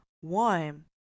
One